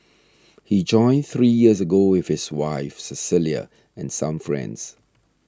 he joined three years ago with his wife Cecilia and some friends